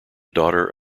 daughter